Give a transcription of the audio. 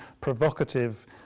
provocative